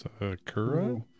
Sakura